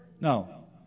No